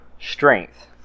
strength